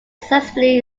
successfully